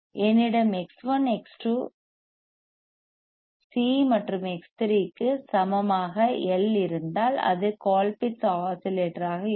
என்னிடம் X1 X2 C மற்றும் X3 க்கு சமமான எல் இருந்தால் அது கோல்பிட்ஸ் ஆஸிலேட்டராக இருக்கும்